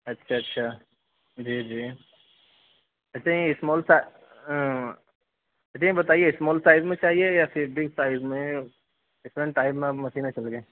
اچھا اچھا جی جی اچھا یہ اسمال سا اچھا یہ بتائیے اسمال سائز میں چاہیے یا پھر بگ سائز میں ڈفرنٹ ٹائپ میں اب مشینیں چل گئیں